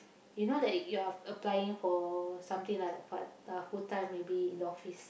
you know that you are applying for something lah a part uh full time maybe in the office